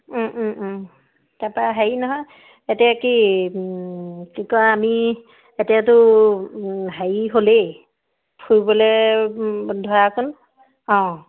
তাৰপা হেৰি নহয় এতিয়া কি কি কয় আমি এতিয়াতো হেয়ি হ'লেই ফুৰিবলে ধৰাচোন অঁ